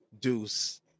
deuce